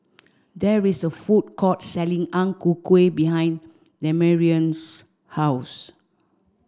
there is a food court selling Ang Ku Kueh behind Damarion's house